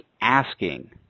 asking